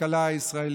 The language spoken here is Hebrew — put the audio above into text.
לכלכלה הישראלית,